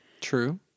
True